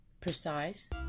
precise